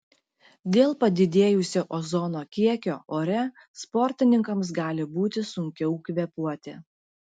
dėl padidėjusio ozono kiekio ore sportininkams gali būti sunkiau kvėpuoti